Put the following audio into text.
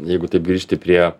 jeigu taip grįžti prie